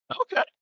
okay